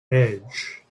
edge